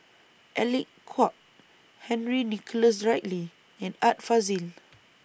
Alec Kuok Henry Nicholas Ridley and Art Fazil